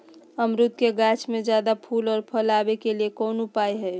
अमरूद के गाछ में ज्यादा फुल और फल आबे के लिए कौन उपाय है?